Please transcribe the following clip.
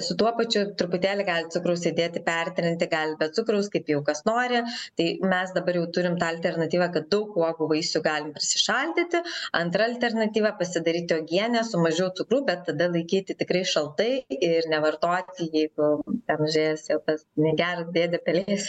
su tuo pačiu truputėlį galit cukraus įdėti pertrinti galit be cukraus kaip jau kas nori tai mes dabar jau turim tą alternatyvą kad daug uogų vaisių galim persišaldyti antra alternatyva pasidaryti uogienę su mažiau cukrų bet tada laikyti tikrai šaltai ir nevartoti jeigu ten užėjęs jau tas negeras dėdė pelėsis